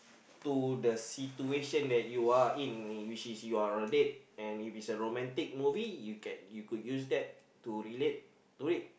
to the situation that you are in which is you are on a date and if its a romantic movie you can you could use that to relate to it